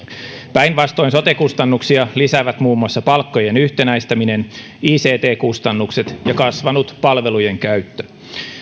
päinvastoin sote kustannuksia lisäävät muun muassa palkkojen yhtenäistäminen ict kustannukset ja kasvanut palvelujen käyttö